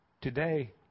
today